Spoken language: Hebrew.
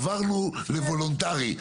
עברנו לוולונטרי.